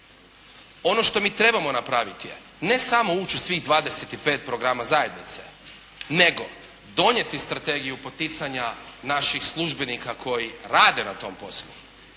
Ono što mi trebamo napraviti je ne samo ući u svih 25 programa zajednice, nego donijeti strategiju poticanja naših službenika koji rade na tom poslu.